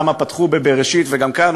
למה פתחו ב"בראשית" גם כאן,